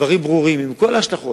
דברים ברורים, עם כל ההשלכות.